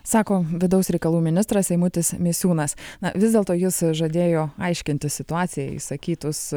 sako vidaus reikalų ministras eimutis misiūnas na vis dėlto jis žadėjo aiškintis situacijai išsakytus